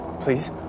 please